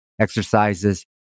exercises